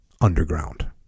underground